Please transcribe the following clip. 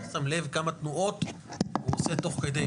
לא שם לב כמה תנועות הוא עושה תוך כדי.